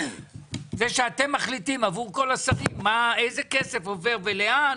זה שאתם מחליטים עבור כל השרים איזה כסף עובר ולאן,